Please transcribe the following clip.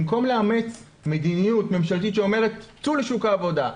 במקום לאמץ מדיניות ממשלתית שאומרת :"צאו לשוק העבודה,